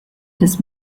des